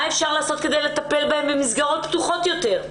מה אפשר לעשות כדי לטפל בהן במסגרות פתוחות יותר?